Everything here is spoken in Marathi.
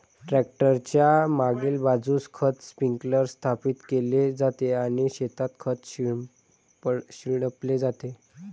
ट्रॅक्टर च्या मागील बाजूस खत स्प्रिंकलर स्थापित केले जाते आणि शेतात खत शिंपडले जाते